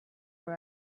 her